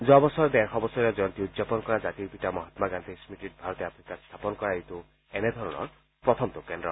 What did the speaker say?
যোৱা বছৰ ডেৰশ বছৰীয়া জয়ন্তী উদযাপন কৰা জাতিৰ পিতা মহাম্মা গান্ধীৰ স্নতিত ভাৰতে আফ্ৰিকাত স্থাপন কৰা এইটো এনেধৰণৰ প্ৰথমটো কেন্দ্ৰ